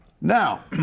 Now